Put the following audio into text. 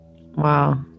Wow